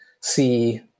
see